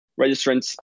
registrants